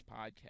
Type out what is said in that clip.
podcast